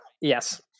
Yes